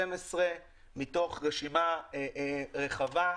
12 מתוך רשימה רחבה,